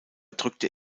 drückte